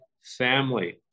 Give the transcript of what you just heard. family